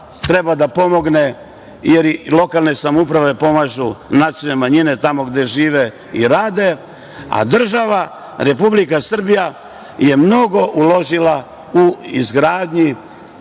treba da pomogne, jer i lokalne samouprave pomažu nacionalne manjine, tamo gde žive i rade, a država Republika Srbija je mnogo uložila u izgradnju